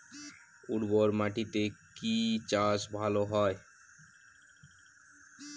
উর্বর মাটিতে কি চাষ ভালো হয়?